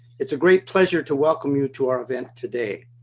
it's a great pleasure to welcome you to our event today.